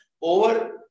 over